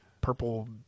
Purple